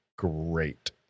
Great